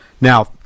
Now